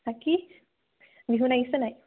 বাকী বিহু নাচিছে নাই